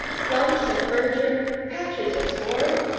clumps of verdure, patches of sward?